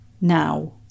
now